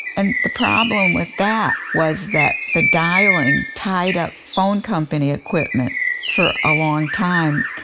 and the problem with that was that the dialing tied up phone company equipment for a long time.